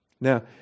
Now